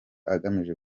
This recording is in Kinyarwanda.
agamije